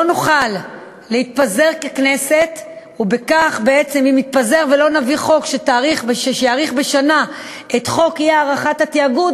לא נוכל לפזר את הכנסת ולא להביא חוק שיאריך בשנה את אי-הארכת התאגוד,